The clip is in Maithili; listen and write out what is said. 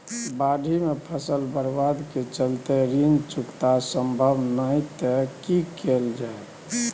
बाढि में फसल बर्बाद के चलते ऋण चुकता सम्भव नय त की कैल जा?